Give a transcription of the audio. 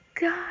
God